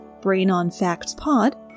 brainonfactspod